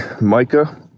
Micah